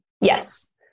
Yes